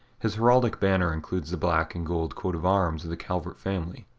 his heraldic banner includes the black and gold coat of arms of the calvert family.